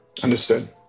Understood